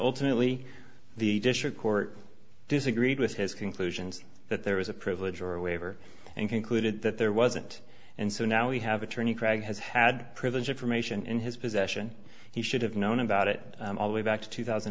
ultimately the district court disagreed with his conclusions that there was a privilege or a waiver and concluded that there wasn't and so now we have attorney krag has had privileged information in his possession he should have known about it all way back to two thousand